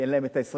כי אין להן ה-25%.